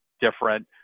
different